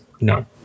No